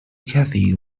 kathy